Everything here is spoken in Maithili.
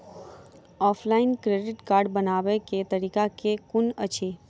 ऑफलाइन क्रेडिट कार्ड बनाबै केँ तरीका केँ कुन अछि?